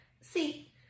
See